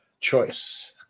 choice